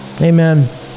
Amen